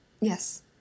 Yes